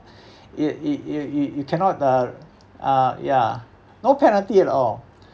you you you you you cannot uh uh ya no penalty at all